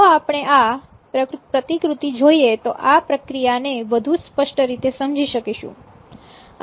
જો આપણે આ પ્રતિકૃતિ જોઈએ તો આ પ્રક્રિયાને વધુ સ્પષ્ટ રીતે સમજી શકીશું